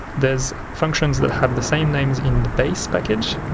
there's functions that have the same names in the base package,